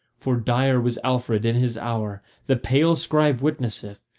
for dire was alfred in his hour the pale scribe witnesseth,